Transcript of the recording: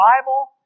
Bible